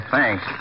Thanks